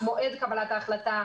מועד קבלת ההחלטה,